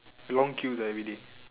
long queues everyday